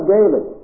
David